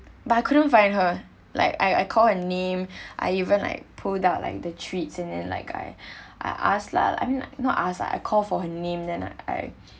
but I couldn't find her like I I call her name I even like pulled out like the treats and then like I I ask lah I'm mean not ask uh I call for her name then I